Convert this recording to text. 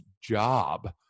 job